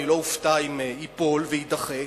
אני לא אופתע אם ייפול ויידחה.